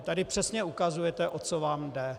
Tady přesně ukazujete, o co vám jde.